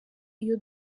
iyo